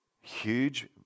Huge